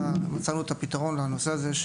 מצאנו את הפתרון לנושא הזה,